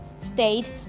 state